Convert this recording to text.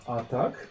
atak